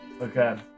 Okay